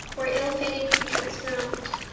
where ill-fated creatures roamed,